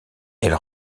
elle